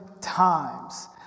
times